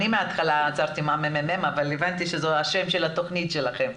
אבל הבנתי שזה השם של התוכנית שלכם.